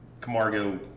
Camargo